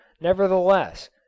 nevertheless